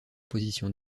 position